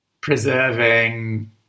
preserving